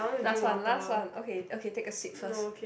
last one last one okay okay take a sip first